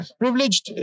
privileged